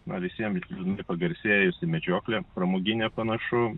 na visiem ir liūdnai pagarsėjusi medžioklė pramoginė panašu